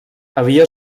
havia